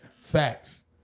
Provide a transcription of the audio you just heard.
facts